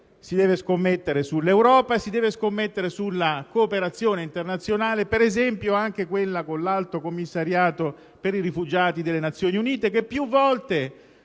Si deve allora scommettere sull'Europa e sulla cooperazione internazionale, per esempio anche quella con l'Alto commissariato per i rifugiati delle Nazioni Unite, che più volte